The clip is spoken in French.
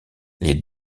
les